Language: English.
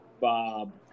Bob